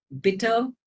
bitter